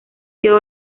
sido